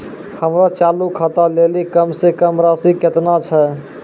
हमरो चालू खाता लेली कम से कम राशि केतना छै?